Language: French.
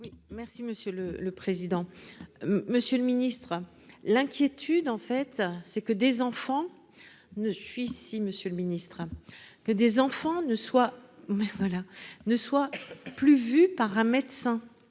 merci monsieur le le président, Monsieur le Ministre, l'inquiétude en fait, c'est que des enfants ne suis si Monsieur le Ministre, que des enfants ne soient mais voilà ne